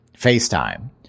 FaceTime